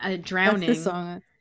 drowning